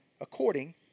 according